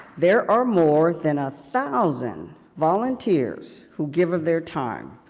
there are more than a thousand volunteers who give of their time.